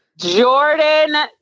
Jordan